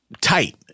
tight